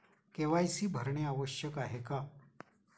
KYC भरणे आवश्यक आहे का?